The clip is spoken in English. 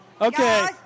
Okay